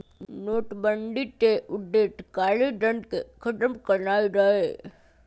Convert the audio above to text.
नोटबन्दि के उद्देश्य कारीधन के खत्म करनाइ रहै